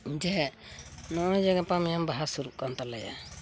ᱡᱮ ᱱᱚᱜᱼᱚᱭᱡᱮ ᱜᱟᱯᱟ ᱢᱮᱭᱟᱝ ᱵᱟᱦᱟ ᱥᱩᱨᱩᱜ ᱠᱟᱱ ᱛᱟᱞᱮᱭᱟ